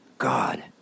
God